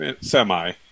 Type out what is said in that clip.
semi